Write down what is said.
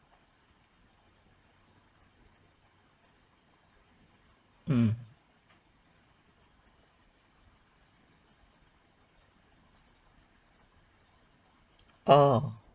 mm oh